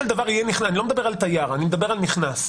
אני לא מדבר על תייר אלא על נכנס.